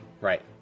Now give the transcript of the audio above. Right